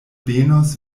benos